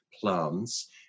plants